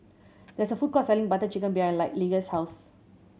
there is a food court selling Butter Chicken behind Lige's house